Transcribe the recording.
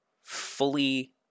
fully